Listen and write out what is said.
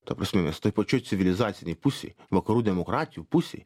ta prasme mes toj pačioj civilizacinėj pusėj vakarų demokratijų pusėj